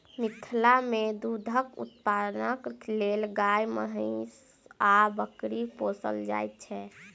मिथिला मे दूधक उत्पादनक लेल गाय, महीँस आ बकरी पोसल जाइत छै